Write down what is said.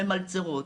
הן ממלצרות,